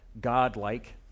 God-like